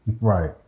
Right